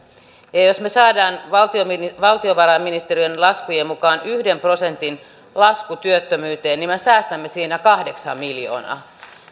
jos me saamme valtiovarainministeriön laskujen mukaan yhden prosentin laskun työttömyyteen niin me säästämme siinä kahdeksansataa miljoonaa